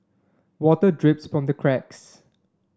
water drips from the cracks